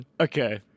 Okay